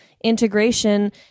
integration